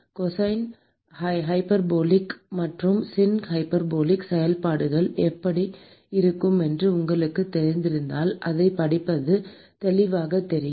cosine hyperbolic மற்றும் sine hyperbolic செயல்பாடுகள் எப்படி இருக்கும் என்று உங்களுக்குத் தெரிந்தால் அதைப் படிப்பது தெளிவாகத் தெரியும்